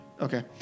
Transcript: Okay